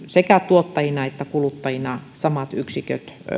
sekä tuottajina että kuluttajina samat yksiköt